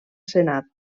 senat